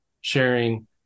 sharing